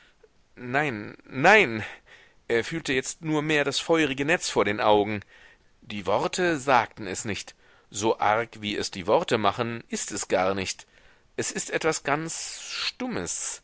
nein nein er fühlte jetzt nur mehr das feurige netz vor den augen die worte sagten es nicht so arg wie es die worte machen ist es gar nicht es ist etwas ganz stummes